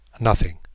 Nothing